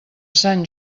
sant